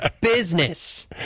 business